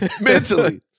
mentally